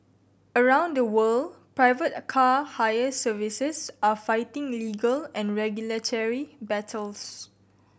around the world private car hire services are fighting legal and regulatory battles